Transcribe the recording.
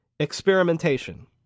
experimentation